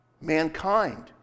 Mankind